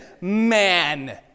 man